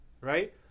right